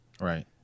Right